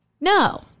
No